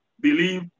believe